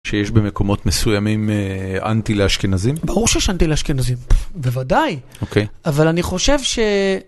שיש במקומות מסוימים אנטי לאשכנזים? ברור שיש אנטי לאשכנזים, בוודאי, אבל אני חושב ש...